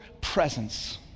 presence